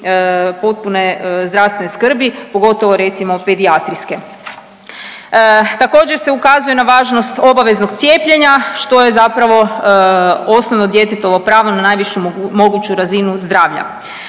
potpune zdravstvene skrbi, pogotovo recimo pedijatrijske. Također se ukazuje na važnost obaveznog cijepljenja što je zapravo osnovno djetetovo pravo na najvišu moguću razinu zdravlja.